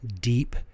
deep